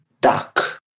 duck